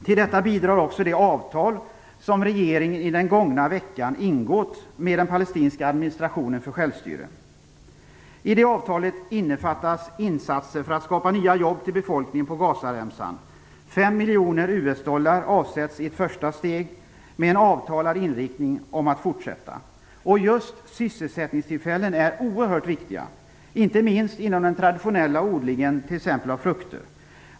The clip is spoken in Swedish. Till detta bidrar också det avtal som regeringen i den gångna veckan ingått med den palestinska administrationen för självstyre. I det avtalet innefattas insatser för att skapa nya jobb till befolkningen på Gazaremsan. 5 miljoner US dollar avsätts i ett första steg, med en avtalad inriktning om att fortsätta. Och just sysselsättningstillfällena är oerhört viktiga, inte minst inom den traditionella odlingen, t.ex. av frukter.